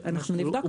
אנחנו נבדוק את זה.